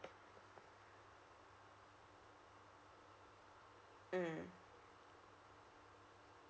mm